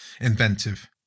inventive